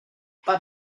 per